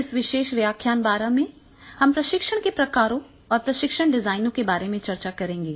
इस विशेष व्याख्यान 12 में हम प्रशिक्षण के प्रकारों और प्रशिक्षण डिजाइनों के बारे में चर्चा करेंगे